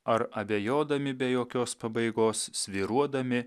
ar abejodami be jokios pabaigos svyruodami